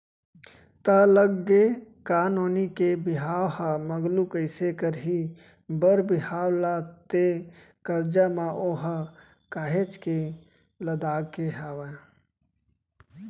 त लग गे का नोनी के बिहाव ह मगलू कइसे करही बर बिहाव ला ते करजा म ओहा काहेच के लदागे हवय